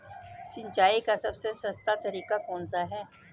सिंचाई का सबसे सस्ता तरीका कौन सा है?